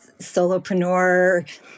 solopreneur